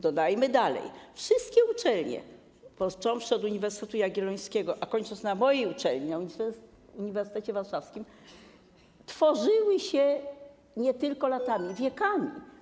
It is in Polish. Dodajmy dalej: wszystkie uczelnie, począwszy od Uniwersytetu Jagiellońskiego, a kończąc na mojej uczelni, na Uniwersytecie Warszawskim, tworzyły się nie tylko latami, ale wiekami.